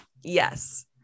yes